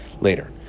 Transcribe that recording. later